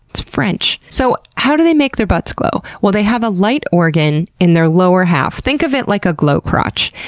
it's french. so how do they make their butts glow? they have a light organ in their lower half, think of it like a glow crotch,